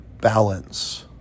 balance